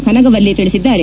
ಕನಗವಲ್ಲಿ ತಿಳಿಸಿದ್ದಾರೆ